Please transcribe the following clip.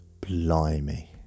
blimey